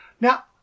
Now